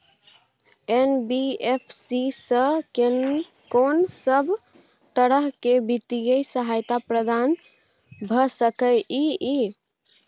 NBFC स कोन सब तरह के वित्तीय सहायता प्रदान भ सके इ? इ